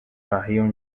carrinho